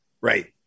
Right